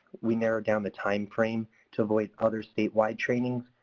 we narrowed down the time frame to avoid other statewide trainings.